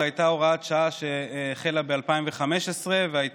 זאת הייתה הוראת שעה שהחלה ב-2015 והסתיימה